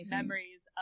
memories